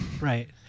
Right